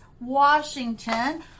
washington